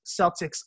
Celtics